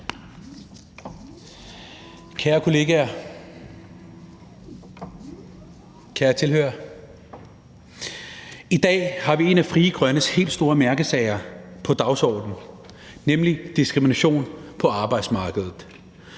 Kære kollegaer, kære tilhørere. I dag har vi en af Frie Grønnes helt store mærkesager på dagsordenen, nemlig diskrimination på arbejdsmarkedet.